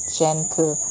gentle